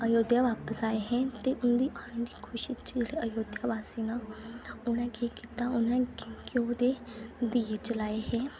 अयोध्या वापस आए हे ते उंदी उंदी खुशी अयोध्यावासियें उनें केह् कीता घ्यो दे दिये जलाए